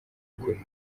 kure